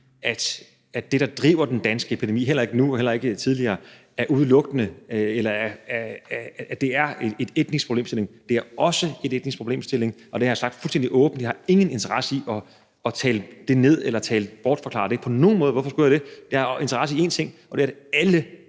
at det, der driver den danske epidemi – hverken nu eller tidligere – udelukkende er en etnisk problemstilling. Det er også en etnisk problemstilling, og det har jeg sagt fuldstændig åbent. Jeg har ingen interesse i at tale det ned eller bortforklare det på nogen måde – hvorfor skulle jeg det? Jeg har en interesse i én ting, og det er, at alle